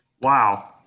Wow